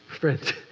friends